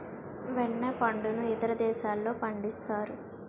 వెన్న పండును ఇతర దేశాల్లో పండిస్తారు